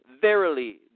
verily